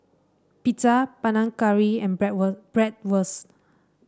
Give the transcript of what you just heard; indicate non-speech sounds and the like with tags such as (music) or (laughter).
Pizza Panang Curry and (unintelligible) Bratwurst